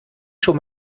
schon